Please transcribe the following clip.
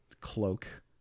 cloak